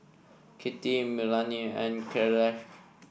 Kittie Melanie and Kyleigh